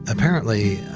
apparently,